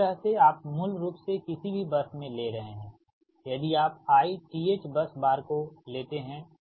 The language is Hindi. तो इस तरह से आप मूल रूप से किसी भी बस में ले रहे हैं यदि आप i th बस बार को लेते हैं